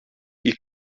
ilk